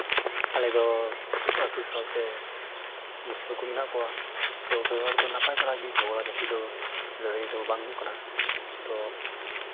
ᱟᱞᱮ ᱫᱚ ᱟᱛᱳ ᱥᱟᱶᱛᱮ ᱢᱩᱥᱞᱟᱹ ᱠᱚ ᱢᱮᱱᱟᱜ ᱠᱚᱣᱟ ᱛᱚ ᱵᱮᱵᱚᱦᱟᱨ ᱫᱚ ᱱᱟᱯᱟᱭ ᱵᱟᱲᱟᱜᱮ ᱡᱷᱚᱜᱽᱲᱟᱡᱷᱟᱹᱴᱤ ᱫᱚ ᱞᱟᱹᱲᱦᱟᱹᱭ ᱫᱚ ᱵᱟᱝ ᱦᱩᱭᱩᱜ ᱠᱟᱱᱟ ᱛᱚ